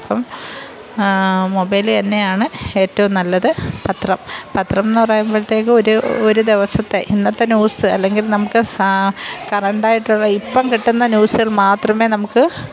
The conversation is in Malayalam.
അപ്പം മൊബൈല് അന്നെയാണ് ഏറ്റവും നല്ലത് പത്രം പത്രം എന്ന് പറയുമ്പഴത്തേക്കും ഒരു ഒരു ദിവസത്തെ ഇന്നത്തെ ന്യൂസ് അല്ലെങ്കിൽ നമുക്ക് കറണ്ട് ആയിട്ടുള്ള ഇപ്പം കിട്ടുന്ന ന്യൂസുകൾ മാത്രമേ നമുക്ക്